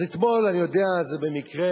אתמול, אני יודע, במקרה